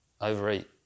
overeat